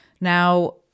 now